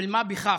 של מה בכך.